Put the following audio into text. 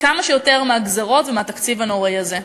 כמה שיותר מהגזירות ומהתקציב הנוראי הזה.